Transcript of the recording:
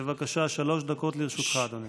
בבקשה, שלוש דקות לרשותך, אדוני.